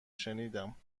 شنیدم